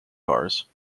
cars